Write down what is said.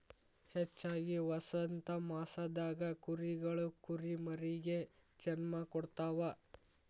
ಹೆಚ್ಚಾಗಿ ವಸಂತಮಾಸದಾಗ ಕುರಿಗಳು ಕುರಿಮರಿಗೆ ಜನ್ಮ ಕೊಡ್ತಾವ